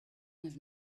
have